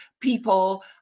people